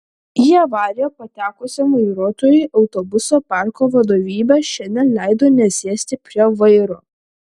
į avariją patekusiam vairuotojui autobusų parko vadovybė šiandien leido nesėsti prie vairo